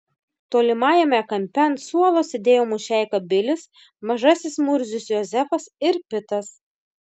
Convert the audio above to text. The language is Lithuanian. tolimajame kampe ant suolo sėdėjo mušeika bilis mažasis murzius jozefas ir pitas